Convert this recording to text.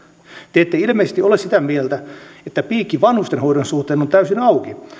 te ette ilmeisesti ole sitä mieltä että piikki vanhustenhoidon suhteen on täysin auki